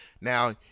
Now